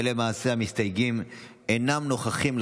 למעשה המסתייגים אינם נוכחים,